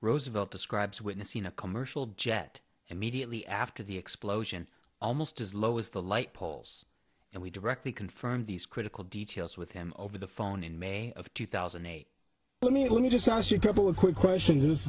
roosevelt describes witnessing a commercial jet immediately after the explosion almost as low as the light poles and we directly confront these critical details with him over the phone in may of two thousand and eight let me let me just ask you a couple of quick question